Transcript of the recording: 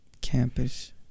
campus